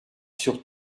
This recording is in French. sur